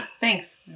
Thanks